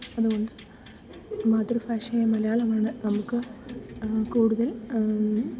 അതുകൊണ്ട് മാതൃഭാഷയായ മലയാളമാണ് നമുക്ക് കൂടുതൽ